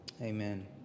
Amen